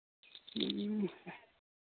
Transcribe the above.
ᱦᱮᱸ